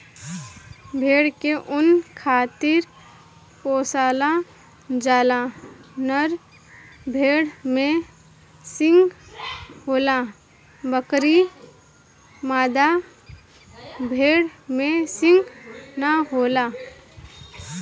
भेड़ के ऊँन खातिर पोसल जाला, नर भेड़ में सींग होला बकीर मादा भेड़ में सींग ना होला